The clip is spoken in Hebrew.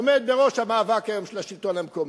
עומד היום בראש המאבק של השלטון המקומי.